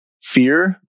Fear